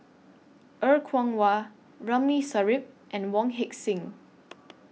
Er Kwong Wah Ramli Sarip and Wong Heck Sing